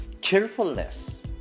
cheerfulness